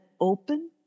open